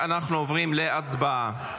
אנחנו עוברים להצבעה.